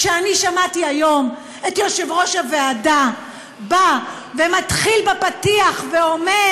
כשאני שמעתי היום את יושב-ראש הוועדה מתחיל בפתיח ואומר: